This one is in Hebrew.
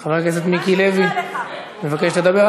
חבר הכנסת מיקי לוי מבקש לדבר.